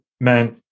meant